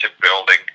building